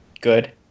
good